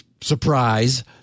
surprise